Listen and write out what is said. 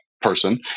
person